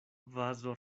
vazo